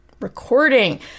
recording